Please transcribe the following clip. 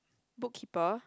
book keeper